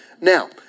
Now